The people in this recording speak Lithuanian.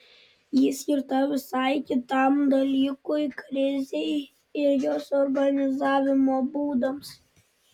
ji skirta visai kitam dalykui krizei ir jos organizavimo būdams